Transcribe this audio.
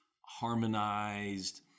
harmonized